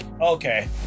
Okay